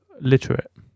literate